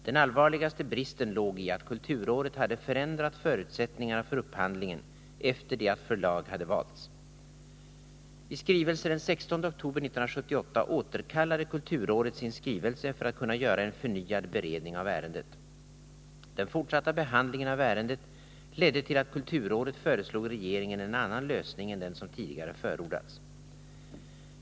Den allvarligaste bristen låg i att kulturrådet hade förändrat förutsättningarna för upphandlingen efter det att förlag hade valts. I skrivelse den 16 oktober 1978 återkallade kulturrådet sin skrivelse för att kunna göra en förnyad beredning av ärendet. Den fortsatta behandlingen av ärendet ledde till att kulturrådet föreslog regeringen en annan lösning än den som tidigare förordats.